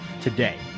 today